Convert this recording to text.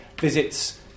visits